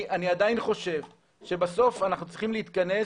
אני עדיין חושב שבסוף אנחנו צריכים להתכנס